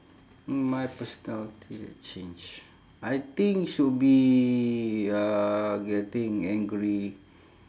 my personality that change I think should be uh getting angry